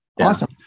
Awesome